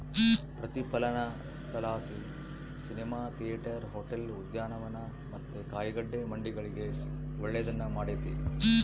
ಪ್ರತಿಫಲನದಲಾಸಿ cinema theatre, hotel, ಉದ್ಯಾನವನ ಮತ್ತೆ ಕಾಯಿಗಡ್ಡೆ ಮಂಡಿಗಳಿಗೆ ಒಳ್ಳೆದ್ನ ಮಾಡೆತೆ